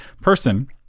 person